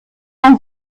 man